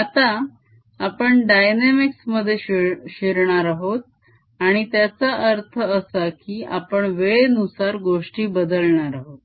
आता आपण डायनेमिक्स मध्ये शिरणार आहोत आणि त्याचा अर्थ असा की आपण वेळेनुसार गोष्टी बदलणार आहोत